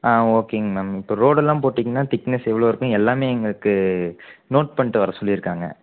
ஆ ஓகேங்க மேம் இப்போ ரோடெல்லாம் போட்டீங்கன்னா திக்னஸ் எவ்வளோ இருக்கும் எல்லாமே எங்களுக்கு நோட் பண்ணிட்டு வர சொல்லியிருக்காங்க